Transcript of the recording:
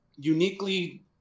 uniquely